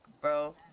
bro